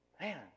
Man